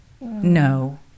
No